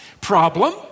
problem